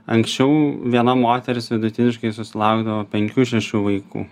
anksčiau viena moteris vidutiniškai susilaukdavo penkių šešių vaikų